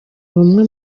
bumwe